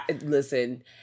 Listen